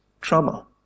trouble